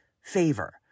favor